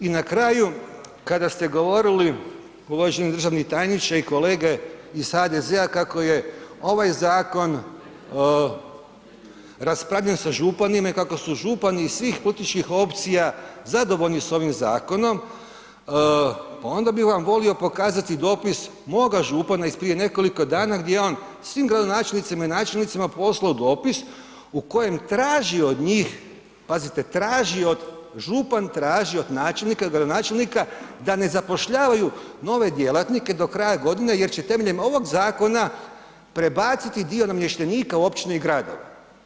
I na kraju kada ste govorili uvaženi državni tajniče i kolege iz HDZ-a kako je ovaj zakon raspravljen sa županima i kako su župani iz svih političkih opcija zadovoljni s ovim zakonom, pa onda bi vam volio pokazati dopis moga župana iz prije nekoliko dana gdje on svim gradonačelnicima i načelnicima poslao dopis u kojem tražio od njih, pazite traži od, župan traži od načelnika, gradonačelnika da ne zapošljavaju nove djelatnike do kraja godine jer će temeljem ovog zakona prebaciti dio namještenika u općine i gradove.